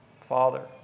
father